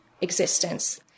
existence